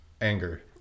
anger